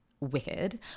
wicked